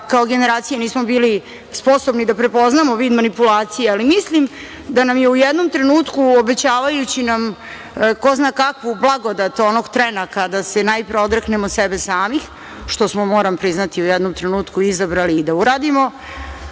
kao generacije nismo bili sposobni da prepoznamo vid manipulacije, ali mislim da nam je u jednom trenutku, obećavajući nam ko zna kakvu blagodat onog trena kada se najpre odreknemo sebe samih, što smo, moram priznati, u jednom trenutku izabrali da uradimo,